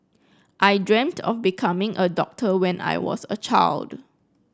I dreamt of becoming a doctor when I was a child